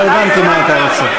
לא הבנתי מה אתה רוצה.